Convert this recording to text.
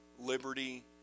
liberty